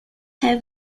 have